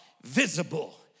visible